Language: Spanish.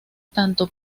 tanto